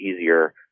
easier